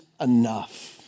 enough